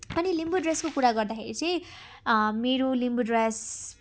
अनि लिम्बू ड्रेसको कुरा गर्दाखेरि चाहिँ मेरो लिम्बू ड्रेस